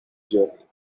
journey